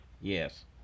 Yes